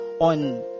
on